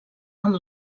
amb